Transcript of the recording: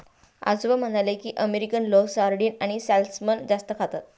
आजोबा म्हणाले की, अमेरिकन लोक सार्डिन आणि सॅल्मन जास्त खातात